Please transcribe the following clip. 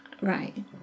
Right